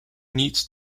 needs